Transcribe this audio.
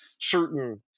certain